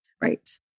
right